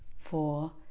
four